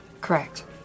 Correct